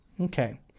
Okay